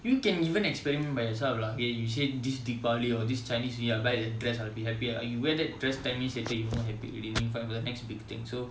you can even explain by yourself lah okay you say this deepavali or this chinese new year I buy the dress I'll be happier ah you wear that dress ten minutes later you won't be happy already you find for the next big thing so